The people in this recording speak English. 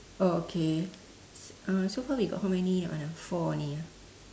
oh okay uh so far we got how many that one ah four only ah